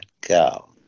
go